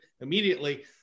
immediately